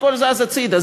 הכול זז הצדה.